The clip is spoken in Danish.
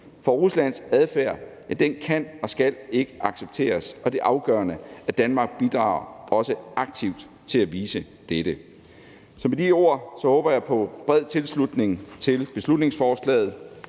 For Ruslands adfærd kan og skal ikke accepteres, og det er afgørende, at Danmark også bidrager aktivt til at vise dette. Så med de ord håber jeg på bred tilslutning til beslutningsforslaget.